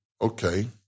Okay